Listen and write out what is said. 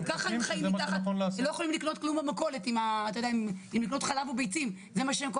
גם ככה הם צריכים להחליט אם לקנות חלב או ביצים במכולת,